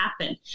happen